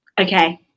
Okay